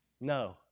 No